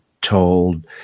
told